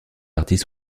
parties